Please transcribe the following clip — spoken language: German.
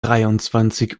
dreiundzwanzig